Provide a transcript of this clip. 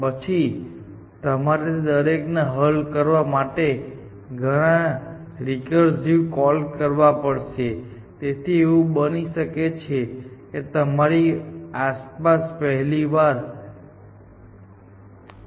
પછી તમારે તે દરેકને હલ કરવા માટે ઘણા રીકર્સીવ કોલ કરવા પડશે તેથી એવું બની શકે છે કે તમારી આસપાસ પહેલી વાર ૫ રિલે લેયર બનાવો